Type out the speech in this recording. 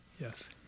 yes